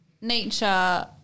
nature